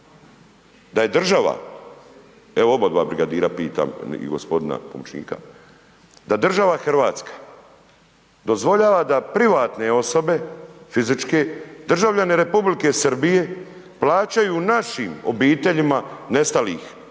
Da je država, evo obadva brigadira pitam i g. pomoćnika, da država RH dozvoljava da privatne osobe, fizičke, državljane Republike Srbije plaćaju našim obiteljima nestalih iz